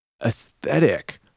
aesthetic